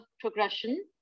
progression